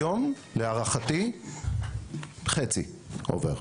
היום, להערכתי, חצי עובר,